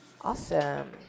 awesome